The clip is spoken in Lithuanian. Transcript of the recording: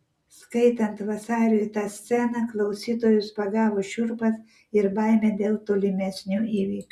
skaitant vasariui tą sceną klausytojus pagavo šiurpas ir baimė dėl tolimesnių įvykių